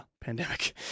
pandemic